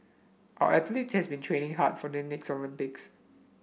our athletes have been training hard for the next Olympics